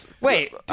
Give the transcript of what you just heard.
wait